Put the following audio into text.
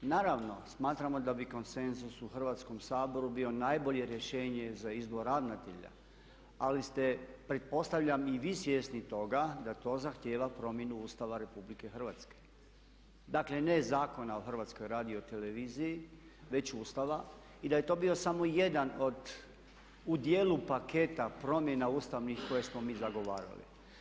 I naravno smatramo da bi konsenzus u Hrvatskom saboru bilo najbolje rješenje za izbor ravnatelja ali ste pretpostavljam i vi svjesni toga da to zahtjeva promjenu Ustava Republike Hrvatske dakle ne Zakona o HRT-u već Ustava i da je to bio samo jedan od u dijelu paketa promjena ustavnih koje smo mi zagovarali.